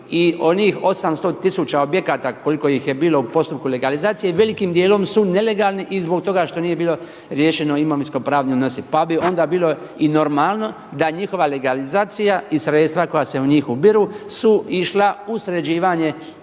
i onih 800 tisuća objekata koliko ih je bilo u postupku legalizacije velikim dijelom su nelegalni i zbog toga što nije bilo riješeno imovinsko-pravni odnosi. Pa bi onda bilo i normalno da njihova legalizacija i sredstva koja se u njih ubiru su išla u sređivanje